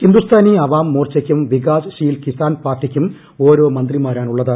ഹിന്ദുസ്ഥാനി അവാം മോർച്ചയ്ക്കും വികാസ് ശീൽ കിസാൻ പാർട്ടിയ്ക്കും ഓരോ മന്ത്രിമാരാണുള്ളത്